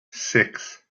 six